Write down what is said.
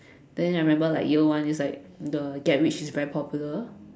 then I remember like year one is like the get rich is very popular